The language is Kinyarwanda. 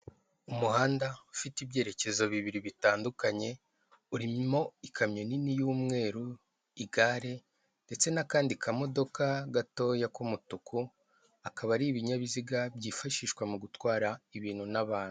Umuhanda ufite ibyerekezo bibiri bitandukanye, urimo ikamyo nini y'umweru, igare, ndetse n'akandi kamodoka gatoya k'umutuku, akaba ari ibinyabiziga byifashishwa mu gutwara ibintu n'abantu.